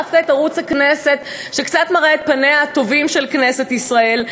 דווקא את ערוץ הכנסת שקצת מראה את פניה הטובים של כנסת ישראל,